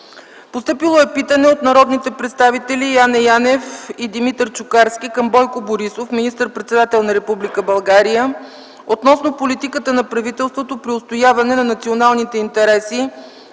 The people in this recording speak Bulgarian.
2010 г.; - от народните представители Яне Янев и Димитър Чукарски към Бойко Борисов – министър-председател на Република България, относно политиката на правителството при отстояване на националните интереси